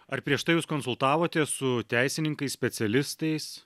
ar prieš tai jūs konsultavotės su teisininkais specialistais